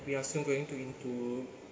we are still going to into